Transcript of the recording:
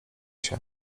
się